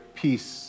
peace